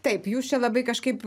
taip jūs čia labai kažkaip